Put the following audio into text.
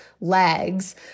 legs